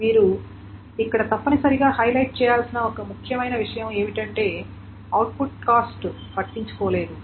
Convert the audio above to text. మీరు ఇక్కడ తప్పనిసరిగా హైలైట్ చేయాల్సిన ఒక ముఖ్యమైన విషయం ఏమిటంటే అవుట్పుట్ కాస్ట్ పట్టించుకోలేదు